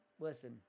listen